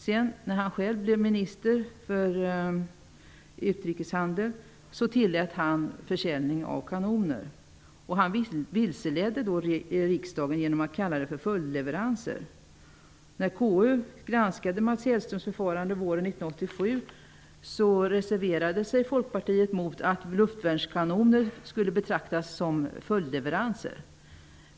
Sedan, när han själv blev minister för utrikeshandeln, tillät han försäljning av kanoner, och han vilseledde då riksdagen genom att kalla det för följdleveranser. När KU granskade Mats Hellströms förfarande våren 1987, reserverade sig Folkpartiet mot att luftvärnskanoner skulle betraktas som följdleveranser.